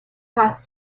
past